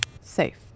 Safe